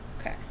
Okay